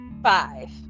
Five